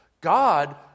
God